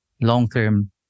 long-term